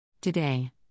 Today